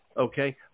okay